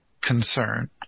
concern